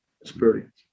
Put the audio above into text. experience